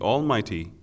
Almighty